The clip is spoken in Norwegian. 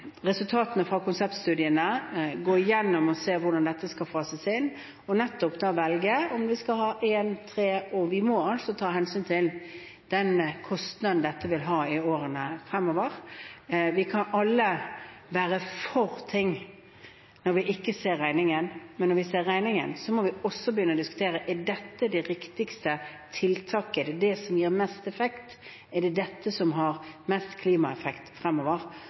om vi skal ha en eller tre. Vi må altså ta hensyn til den kostnaden dette vil ha i årene fremover. Vi kan alle være for noe når vi ikke ser regningen, men når vi ser regningen, må vi også begynne å diskutere om dette er det riktigste tiltaket. Er det det som gir mest effekt? Er det dette som har mest klimaeffekt fremover?